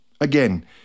Again